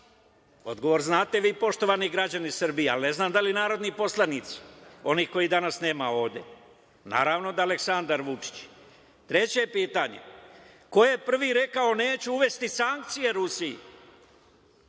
Odgovor znate vi, poštovani građani Srbije, ali ne znam da li narodni poslanici znaju, oni kojih danas nema ovde? Naravno da je Aleksandar Vučić. Treće pitanje - ko je prvi rekao da neće uvesti sankcije Rusiji?